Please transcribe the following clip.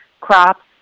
crops